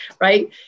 right